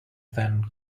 then